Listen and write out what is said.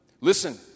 listen